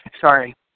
Sorry